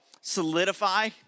solidify